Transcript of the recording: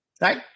right